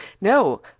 No